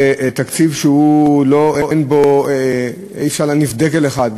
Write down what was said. זה תקציב שאי-אפשר להניף דגל אחד,